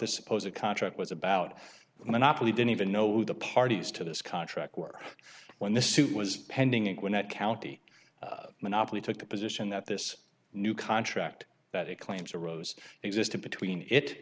this suppose the contract was about monopoly didn't even know who the parties to this contract were when the suit was pending and when that county monopoly took the position that this new contract that it claims arose existed between it